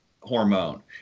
Hormone